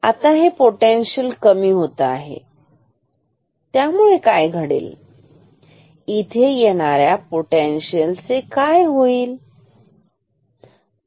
आता हे पोटेन्शियल कमी होत आहे त्यामुळे काय होईल इथे येणाऱ्या पोटेन्शियल चे काय होईल